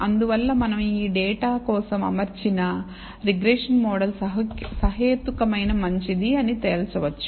అందువలన మనం ఈ డేటా కోసం అమర్చిన రిగ్రెషన్ మోడల్ సహేతుకమైన మంచిది అని తేల్చవచ్చు